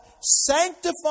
sanctify